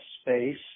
space